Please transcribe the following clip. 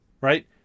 right